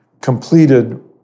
completed